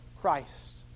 Christ